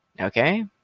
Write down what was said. Okay